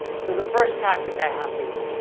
so the first tactic i have for you,